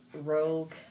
Rogue